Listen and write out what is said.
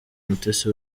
mutesi